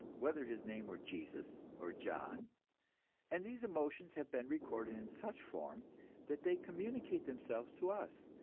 whether his name were jesus or john and these emotions have been recorded in such form that they communicate themselves to us,